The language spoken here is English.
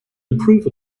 improve